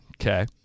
Okay